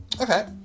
Okay